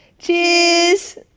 Cheers